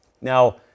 Now